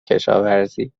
کشاورزی